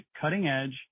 cutting-edge